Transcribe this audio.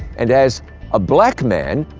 and as a black man,